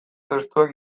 testuak